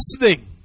listening